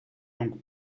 donc